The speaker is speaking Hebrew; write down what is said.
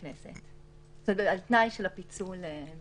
על תנאי של הפיצול במליאת הכנסת.